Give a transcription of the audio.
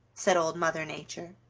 said old mother nature.